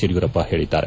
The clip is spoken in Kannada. ಯಡಿಯೂರಪ್ಪ ಹೇಳಿದ್ದಾರೆ